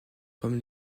comme